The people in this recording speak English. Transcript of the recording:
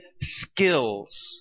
skills